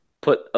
put